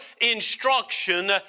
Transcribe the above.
instruction